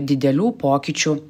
didelių pokyčių